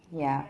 ya